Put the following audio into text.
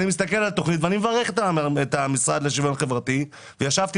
אני מברך את המשרד לשוויון חברתי וגם ישבתי